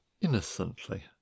innocently